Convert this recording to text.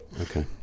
Okay